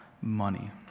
money